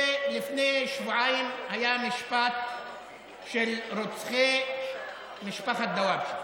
ולפני שבועיים היה משפט של רוצחי משפחת דוואבשה.